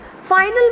final